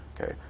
Okay